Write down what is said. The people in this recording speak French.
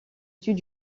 sud